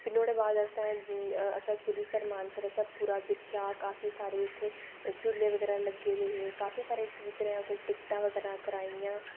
फिर नुआढ़े बाद असें सरूईंसर मानसर पूरा दिक्खेआ काफी सारे उत्थै झूले बगैरा लग्गे दे हे काफी सारे टीचरें उत्थै टिकटां बगैरा कराइयां